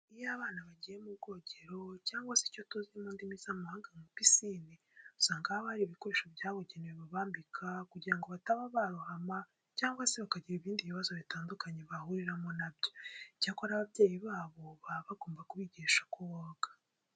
Iyo abana bagiye mu bwongero cyangwa se icyo tuzi mu ndimi z'amahanga nka pisine, usanga haba hari ibikoresho byabugenewe babambika kugira ngo bataba barohama cyangwa se bakagira ibindi bibazo bitandukanye bahuriramo na byo. Icyakora ababyeyi babo baba bagomba kubigisha uko boga.